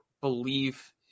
believe